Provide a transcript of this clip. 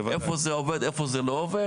איפה זה עובד, איפה זה לא עובד?